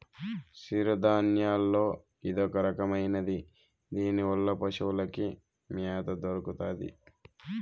సిరుధాన్యాల్లో ఇదొరకమైనది దీనివల్ల పశులకి మ్యాత దొరుకుతాది